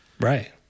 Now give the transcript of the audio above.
Right